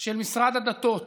של משרד הדתות